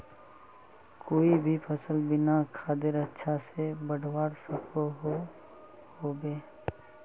कोई भी सफल बिना खादेर अच्छा से बढ़वार सकोहो होबे?